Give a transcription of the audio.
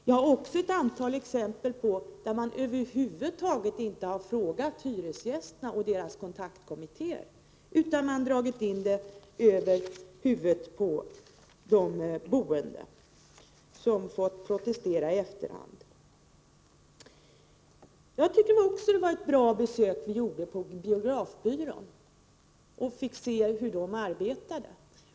Jag har också ett antal exempel på att man över huvud taget inte har frågat hyresgästerna och deras kontaktkommitteér utan att man har installerat kabel-TV över huvudet på de boende, som fått protestera i efterhand. Jag tycker också att det var ett bra besök vi gjorde på biografbyrån, där vi fick se hur den arbetar.